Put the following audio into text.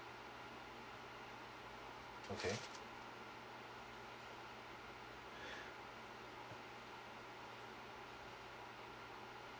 okay